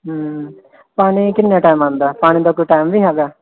ਪਾਨੀ ਕਿੰਨੇ ਟੈਮ ਆਉਂਦਾ ਪਾਨੀ ਦਾ ਕੋਈ ਟੈਮ ਵੀ ਹੈਗਾ